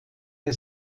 der